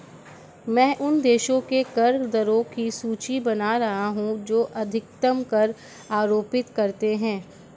मैं उन देशों के कर दरों की सूची बना रहा हूं जो अधिकतम कर आरोपित करते हैं